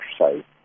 exercise